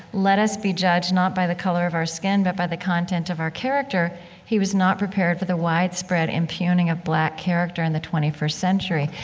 let us be judged not by the color of our skin, but by the content of our character he was not prepared for the widespread impugning of black character in the twenty first century.